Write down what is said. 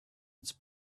its